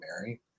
Mary